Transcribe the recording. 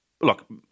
Look